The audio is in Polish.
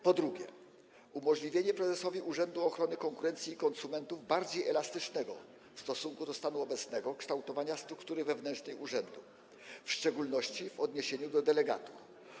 Po drugie, chodzi o umożliwienie prezesowi Urzędu Ochrony Konkurencji i Konsumentów bardziej elastycznego w stosunku do stanu obecnego kształtowania struktury wewnętrznej urzędu, w szczególności w odniesieniu do delegatur.